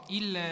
il